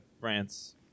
France